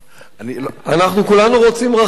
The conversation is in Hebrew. אדוני היושב-ראש, רחם עלינו, רחם עלינו.